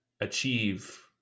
achieve